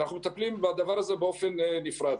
אנחנו מטפלים בדבר הזה באופן נפרד.